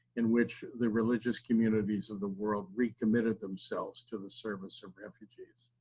in which the religious communities of the world recommitted themselves to the service of refugees.